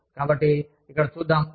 కాబట్టి ఇక్కడ చూద్దాం